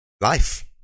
life